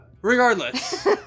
Regardless